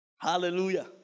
Hallelujah